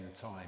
time